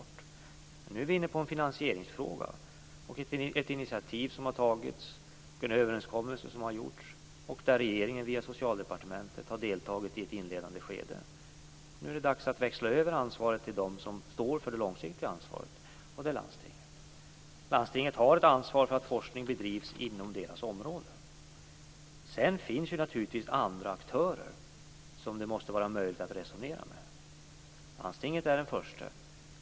Men nu är vi inne på en finansieringsfråga. Ett initiativ har tagits, och en överenskommelse har gjorts. Regeringen har via Socialdepartementet deltagit i ett inledande skede. Nu är det dags att växla över ansvaret till dem som står för det långsiktiga ansvaret, vilket är landstinget. Landstinget har ett ansvar för att forskning bedrivs inom deras område. Sedan finns det naturligtvis andra aktörer som det måste vara möjligt att resonera med. Landstinget är den förste.